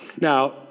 Now